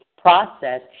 process